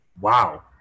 Wow